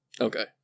Okay